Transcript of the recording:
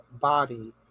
body